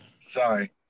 Sorry